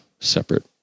separate